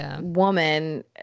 woman